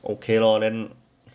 okay lor then